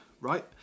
right